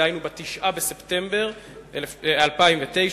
דהיינו ב-9 בספטמבר 2009,